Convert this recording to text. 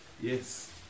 yes